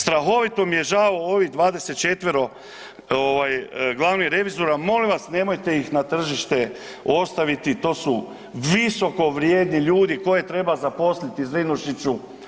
Strahovito mi je žao u ovih 24 glavnih revizora, molim vas nemojte ih na tržište ostaviti, to su visokovrijedni ljudi koje treba zaposliti Zrinušiću.